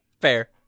Fair